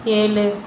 ஏழு